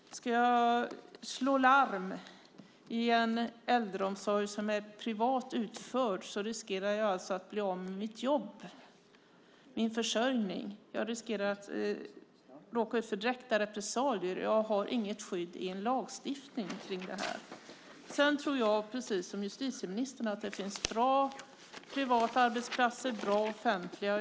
Slår jag larm i en äldreomsorg som är privat utförd riskerar jag att bli av med mitt jobb och min försörjning. Jag riskerar att råka ut för repressalier, och jag har inget skydd i lagstiftningen. Jag tror, precis som justitieministern, att det finns bra privata arbetsplatser och bra offentliga.